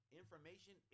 information